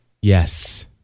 Yes